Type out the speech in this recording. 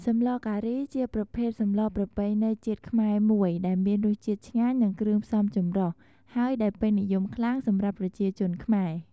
សម្លរការីជាប្រភេទសម្លរប្រពៃណីជាតិខ្មែរមួយ ដែលមានរសជាតិឆ្ងាញ់ និងគ្រឿងផ្សំចម្រុះ ហើយដែលពេញនិយមខ្លាំងសម្រាប់ប្រជាជនខ្មែរ។